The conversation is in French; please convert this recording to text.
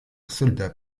soldat